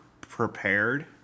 prepared